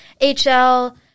HL